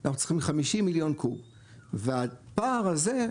אנחנו צריכים 50 מיליון קוב והפער הזה,